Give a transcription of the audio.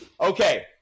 Okay